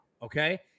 Okay